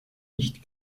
nicht